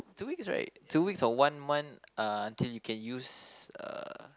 two weeks right two weeks or one month uh until you can use uh